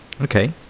okay